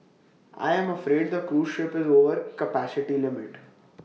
I am afraid the cruise ship is over capacity limit